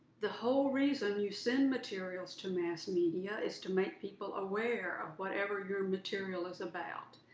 the whole reason you send materials to mass media is to make people aware of whatever your material is about.